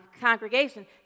congregation